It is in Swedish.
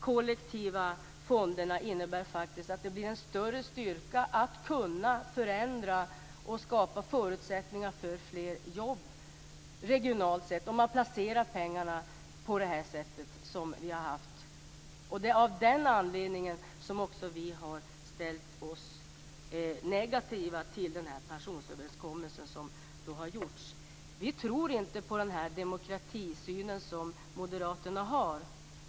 Kollektiva fonder innebär att det blir en större styrka att kunna förändra och skapa förutsättningar för fler jobb regionalt sett. Av den anledningen har vi ställt oss negativa till pensionsöverenskommelsen. Vi tror inte på den demokratisyn moderaterna har.